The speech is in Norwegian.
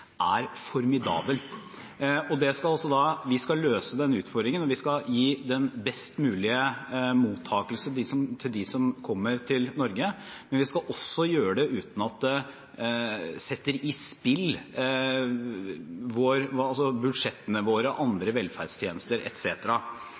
er formidabel. Vi skal løse den utfordringen, og vi skal gi den best mulige mottakelse til dem som kommer til Norge, men vi skal også gjøre det uten at det setter i spill budsjettene våre og andre velferdstjenester